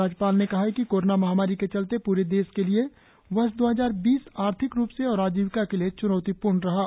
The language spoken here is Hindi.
राज्यपाल ने कहा है कि कोरोना महामारी के चलते पूरे देश के लिए वर्ष दो हजार बीस आर्थिक रुप से और आजीविका के लिए त्नौतिपूर्ण रहा है